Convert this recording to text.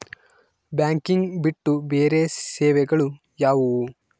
Banking ಬಿಟ್ಟು ಬೇರೆ ಸೇವೆಗಳು ಯಾವುವು?